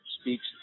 speaks